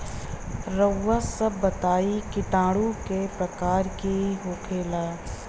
रउआ सभ बताई किटाणु क प्रकार के होखेला?